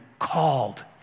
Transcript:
called